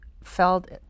felt